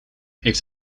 heeft